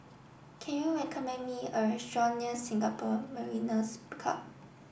can you recommend me a restaurant near Singapore Mariners' Club